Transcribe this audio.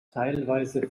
teilweise